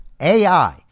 AI